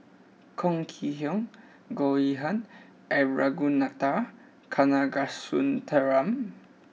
Chong Kee Hiong Goh Yihan and Ragunathar Kanagasuntheram